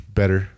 better